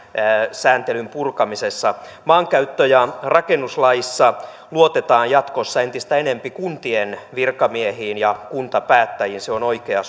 sääntelyn purkamisessa maankäyttö ja rakennuslaissa luotetaan jatkossa entistä enempi kuntien virkamiehiin ja kuntapäättäjiin se on oikea